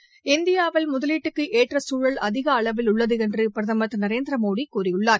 ள இந்தியாவில் முதலீட்டுக்கு ஏற்ற சூழல் அதிக அளவில் உள்ளது என்று பிரதமர் திரு நரேந்திரமோடி கூறியுள்ளார்